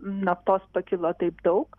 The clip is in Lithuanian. naftos pakilo taip daug